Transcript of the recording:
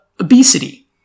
obesity